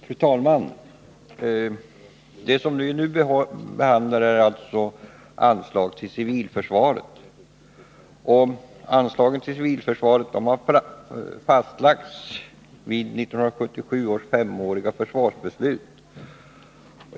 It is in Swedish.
Fru talman! Vi behandlar nu anslaget till civilförsvaret. Det anslaget har fastlagts genom 1977 års femåriga försvarsbeslut.